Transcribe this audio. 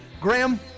Graham